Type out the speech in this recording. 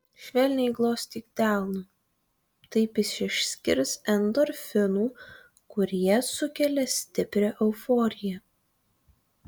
švelniai glostyk delnu taip išsiskirs endorfinų kurie sukelia stiprią euforiją